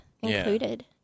included